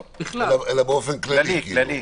אלא באופן כללי.